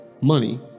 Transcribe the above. money